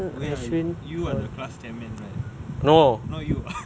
oh ya you are the class chairman right not you ah